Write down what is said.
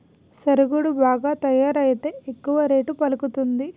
సరుగుడు బాగా తయారైతే ఎక్కువ రేటు పలుకుతాది